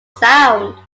sound